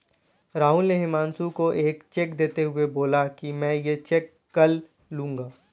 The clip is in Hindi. राहुल ने हुमांशु को एक चेक देते हुए बोला कि मैं ये चेक कल लूँगा